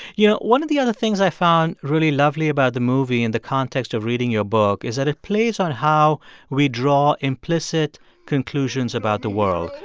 you know, one of the other things i found really lovely about the movie, in the context of reading your book, is that it plays on how we draw implicit conclusions about the world.